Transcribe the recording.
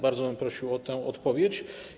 Bardzo bym prosił o tę odpowiedź.